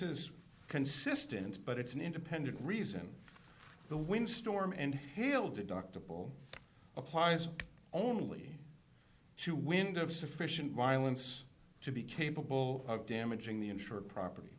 is consistent but it's an independent reason the wind storm and hail deductible applies only to wind of sufficient violence to be capable of damaging the insured property